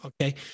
Okay